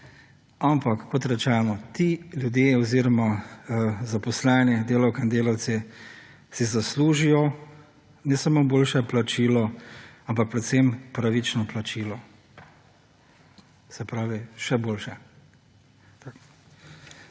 Ampak, kot rečeno, ti ljudje oziroma zaposleni delavke in delavci, si zaslužijo ne samo boljše plačilo, ampak predvsem pravično plačilo, se pravi, še boljše.